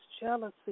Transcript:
jealousy